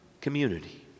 community